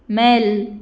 mail